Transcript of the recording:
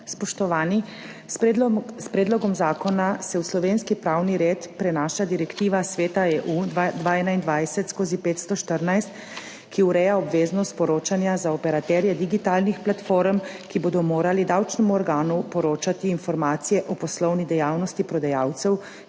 Spoštovani! S predlogom zakona se v slovenski pravni red prenaša Direktiva Sveta (EU) 2021/514, ki ureja obveznost poročanja za operaterje digitalnih platform, ki bodo morali davčnemu organu poročati informacije o poslovni dejavnosti prodajalcev,